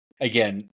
again